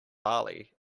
bali